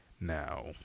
now